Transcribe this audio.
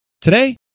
Today